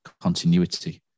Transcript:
continuity